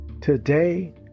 Today